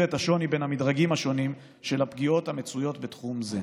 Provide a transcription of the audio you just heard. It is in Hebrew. את השוני בין המדרגים השונים של הפגיעות המצויות בתחום זה.